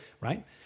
Right